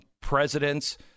presidents